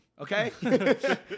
okay